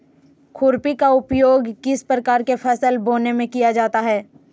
खुरपी का उपयोग किस प्रकार के फसल बोने में किया जाता है?